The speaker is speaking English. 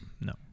No